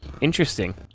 Interesting